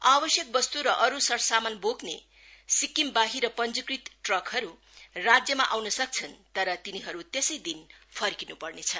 आवश्यक वस्त् र अरू सरसमान बोक्ने सिक्किमबाहिर पंजीकृत ट्रकहरू राज्य आउन सक्छन् तर तिनीहरू त्यसै दिन फर्किन् पर्नेछ